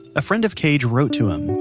a friend of cage wrote to him,